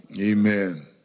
Amen